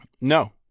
No